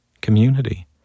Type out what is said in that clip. community